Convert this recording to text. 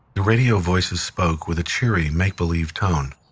the radio voices spoke with a cheery make-believe tone.